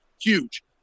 huge